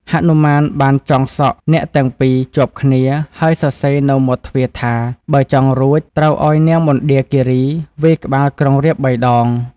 ហនុមានបានចង់សក់អ្នកទាំងពីរ ជាប់គ្នាហើយសរសេរនៅមាត់ទ្វារថា បើចង់រួចត្រូវឱ្យនាងមណ្ឌាគីរីវាយក្បាលក្រុងរាពណ៍៣ ដង។